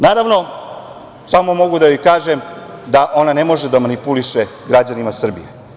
Naravno, samo mogu da joj kažem da ona ne može da manipuliše građanima Srbije.